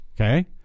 Okay